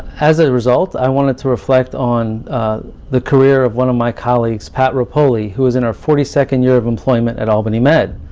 as a result, i wanted to reflect on the career of one of my colleagues, pat rapoli, who is in her forty second year of employment at albany med.